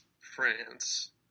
France